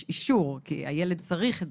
יש אישור כי הילד צריך את